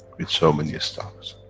with so many stars.